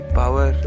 power